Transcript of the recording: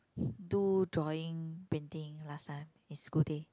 do drawing painting last time in school day